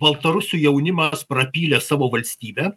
o baltarusių jaunimas prapylė savo valstybę